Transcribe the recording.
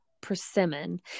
persimmon